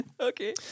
okay